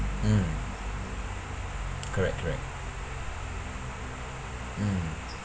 mm correct correct mm